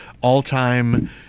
all-time